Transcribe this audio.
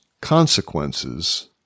consequences